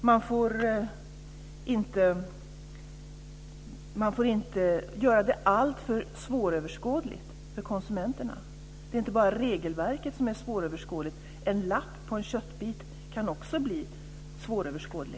Man får inte göra det alltför svåröverskådligt för konsumenterna. Det är inte bara regelverket som är svåröverskådligt. En lapp på en köttbit kan också bli svåröverskådlig.